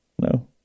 No